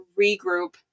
regroup